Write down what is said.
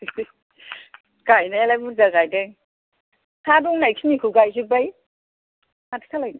गायनायालाय बुरजा गायदों हा थानायखिनिखौ गायजोबबाय माथो खालामनो